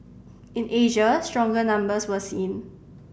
in Asia stronger numbers were seen